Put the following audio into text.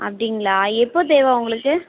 அப்படிங்களா எப்போ தேவை உங்களுக்கு